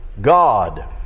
God